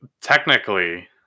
technically